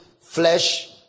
flesh